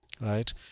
right